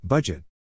Budget